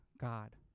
God